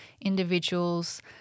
individuals